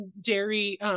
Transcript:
dairy